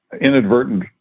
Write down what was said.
inadvertent